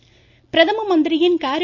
ப் கல்யான் பிரதம மந்திரியின் காரி